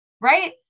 Right